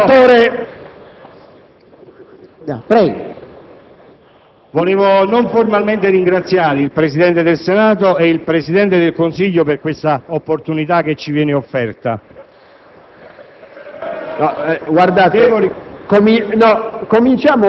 FORMISANO *(Misto-IdV)*. Volevo non formalmente ringraziare il Presidente del Senato e il Presidente del Consiglio per questa opportunità che ci viene offerta.